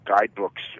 guidebooks